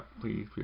please